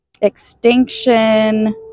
Extinction